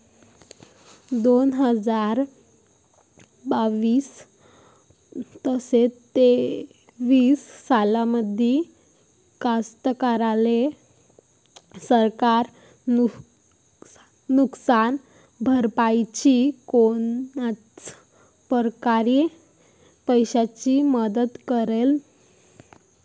दोन हजार बावीस अस तेवीस सालामंदी कास्तकाराइले सरकार नुकसान भरपाईची कोनच्या परकारे पैशाची मदत करेन?